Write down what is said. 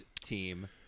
team